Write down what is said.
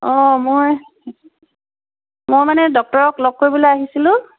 অঁ মই মই মানে ডক্টৰক লগ কৰিবলৈ আহিছিলোঁ